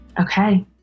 Okay